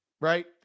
right